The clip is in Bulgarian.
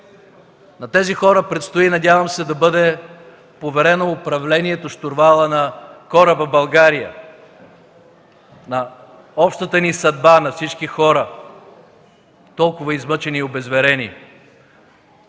На тези хора предстои, и надявам се, да бъде поверено управлението – щурвалът на кораба „България”, на общата ни съдба, на всички хора – толкова измъчени и обезверени.